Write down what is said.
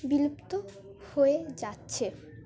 বিলুপ্ত হয়ে যাচ্ছে